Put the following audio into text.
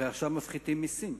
הרי עכשיו מפחיתים מסים,